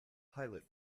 pilot